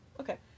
Okay